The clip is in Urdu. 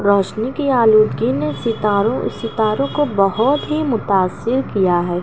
روشنی کی آلودگی نے ستاروں ستاروں کو بہت ہی متأثر کیا ہے